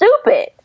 stupid